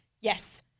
yes